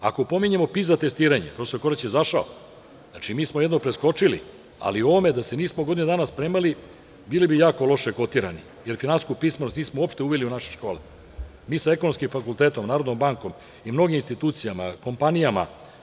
Ako pominjemo PISA testiranja, profesor Korać je izašao, mi smo jedno preskočili, ali o ovome da se nismo godinu dana spremali, bili bi jako loše kotirani, jer finansijsku pismenost nismo uopšte uveli u naše škole, mi sa ekonomskim fakultetom, Narodnom bankom i mnogim institucijama, kompanijama.